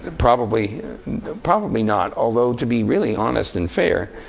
and probably probably not, although to be really honest and fair,